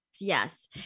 yes